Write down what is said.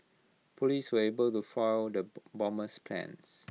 Police were able to foil the bomber's plans